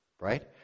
Right